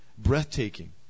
breathtaking